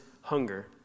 hunger